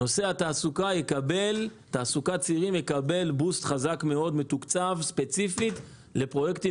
שנושא התעסוקה של הצעירים יקבל בוסט חזק מאוד מתוקצב ספציפית לפרויקטים